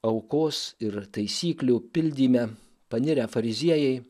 aukos ir taisyklių pildyme panirę fariziejai